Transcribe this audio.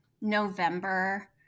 November